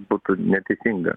būtų neteisinga